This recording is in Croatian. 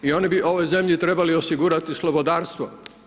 I oni bi ovoj zemlji trebali osigurati slobodarstvo.